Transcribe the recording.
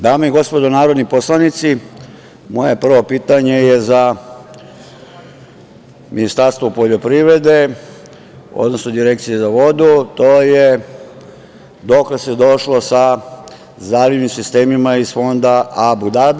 Dame i gospodo narodni poslanici, moje prvo pitanje je za Ministarstvo poljoprivrede, odnosno Direkcije za vodu, to je dokle se došlo sa zalivnim sistemima iz fonda Abudabi?